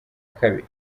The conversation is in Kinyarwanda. kabiri